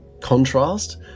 contrast